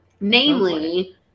namely